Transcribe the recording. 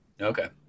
Okay